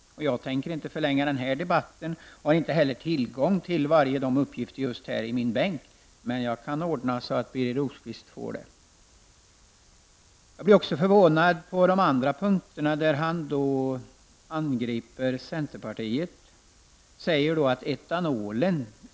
Jag tänker inte förlänga den här debatten och har inte heller tillgång till alla uppgifter i min bänk, men jag kan ordna så att Birger Rosqvist får dem. Jag blir förvånad också på de andra punkter där Birger Rosqvist angriper centerpartiet.